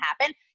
happen